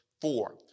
four